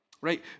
Right